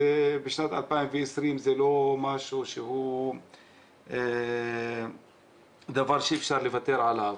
בשנת 2020 זה לא משהו שהוא דבר שאפשר לוותר עליו,